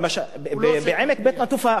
בעמק בית-נטופה,